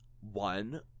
One